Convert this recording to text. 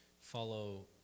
follow